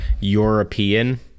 european